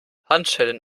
handschellen